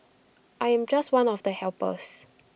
I am just one of the helpers